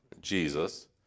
Jesus